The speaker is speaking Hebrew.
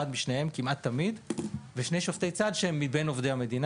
משניהם כמעט תמיד; ושני שופטי צד שהם מבין עובדי המדינה.